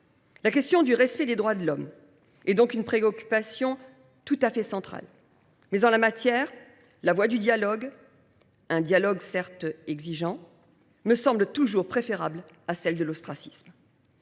La question du respect des droits de l’homme est donc une préoccupation tout à fait centrale. Toutefois, en la matière, la voie du dialogue – un dialogue certes exigeant – me semble toujours préférable à celle de l’ostracisme.